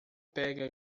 pega